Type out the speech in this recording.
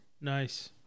Nice